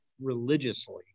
religiously